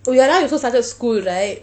oh ya now you also started school right